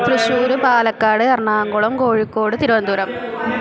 Thrissur Palakkad Ernakulam Kozhikode Thiruvananthapuram